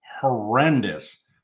horrendous